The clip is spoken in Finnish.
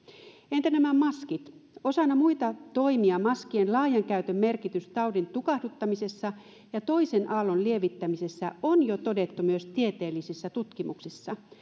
entä nämä maskit osana muita toimia maskien laajan käytön merkitys taudin tukahduttamisessa ja toisen aallon lievittämisessä on jo todettu myös tieteellisissä tutkimuksissa